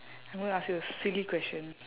I'm gonna ask you a silly question